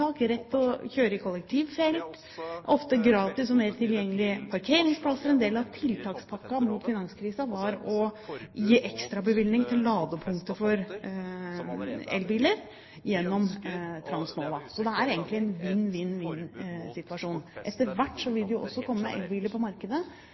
rett til å kjøre i kollektivfelt, ofte gratis og mer tilgjengelige parkeringsplasser – en del av tiltakspakken mot finanskrisen var å gi ekstrabevilgning til ladepunkter for elbiler gjennom Transnova. Så det er en vinn-vinn-vinn-situasjon. Etter hvert vil